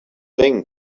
think